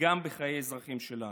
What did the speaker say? וגם בחיי האזרחים שלנו.